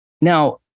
Now